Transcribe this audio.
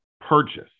purchase